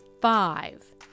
five